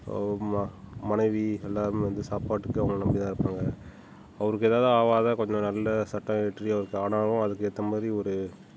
ம மனைவி எல்லாேருமே வந்து சாப்பாட்டுக்கு அவர்கள நம்பி தான் இருப்பாங்க அவருக்கு ஏதாவது ஆகாத கொஞ்சம் நல்ல சட்டம் இயற்றி அவருக்கு ஆனாலும் அதுக்கேற்ற மாதிரி ஒரு